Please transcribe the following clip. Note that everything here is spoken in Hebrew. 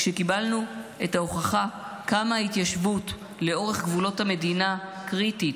כשקיבלנו את ההוכחה כמה ההתיישבות לאורך גבולות המדינה קריטית,